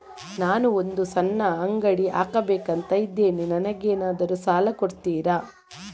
ನಾನು ಒಂದು ಸಣ್ಣ ಅಂಗಡಿ ಹಾಕಬೇಕುಂತ ಇದ್ದೇನೆ ನಂಗೇನಾದ್ರು ಸಾಲ ಕೊಡ್ತೀರಾ?